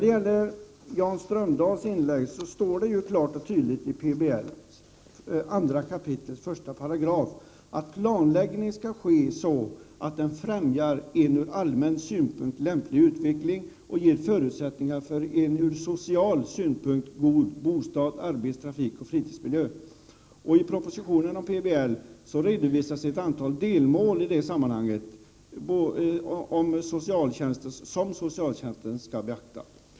Till Jan Strömberg vill jag säga följande: Det står klart och tydligt i PBL 2 kap. 1§: ”Planläggning skall ske så att den främjar en från allmän synpunkt lämplig utveckling och ger förutsättningar från en social synpunkt god bo stads-, arbets-, trafikoch fritidsmiljö.” I propositionen om PBL redovisas ett antal delmål i det sammanhanget som socialtjänsten skall beakta.